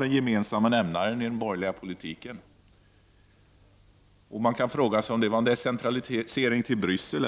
den gemensamma nämnaren i den borgerliga politiken var en decentraliserad samhällsstruktur. Man kan fråga sig om det handlade om en decentralisering till Bryssel.